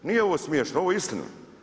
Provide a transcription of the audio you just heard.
Nije ovo smiješno, ovo je istina!